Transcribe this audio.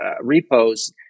repos